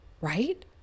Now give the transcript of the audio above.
Right